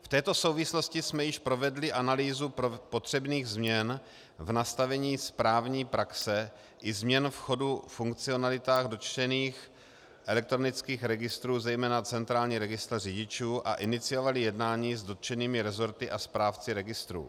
V této souvislosti jsme již provedli analýzu potřebných změn v nastavení správní praxe i změn v chodu funkcionalit dotčených elektronických registrů, zejména centrální registr řidičů, a iniciovali jednání s dotčenými resorty a správci registrů.